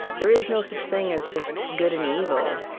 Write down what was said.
there is no such thing as just good and evil.